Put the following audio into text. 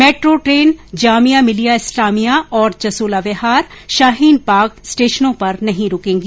metro train Jamia Millia Islamia और जसोला विहार शाहीन बाग स्टेशनों पर नहीं रुकेंगी